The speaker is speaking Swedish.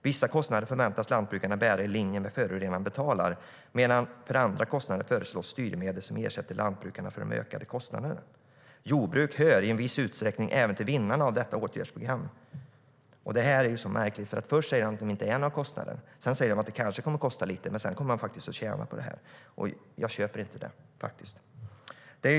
Vissa kostnader förväntas lantbrukarna bära i linje med förorenaren betalar, medan det för andra kostnader föreslås styrmedel som ersätter lantbrukaren för de ökade kostnaderna. Jordbruk hör, i viss utsträckning, även till vinnarna av detta åtgärdsprogram. "Detta är märkligt. Först säger man att det inte är några kostnader, sedan säger man att det kanske kommer att kosta lite och till sist att jordbruket faktiskt kommer att tjäna på det här.